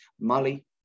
Molly